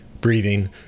breathing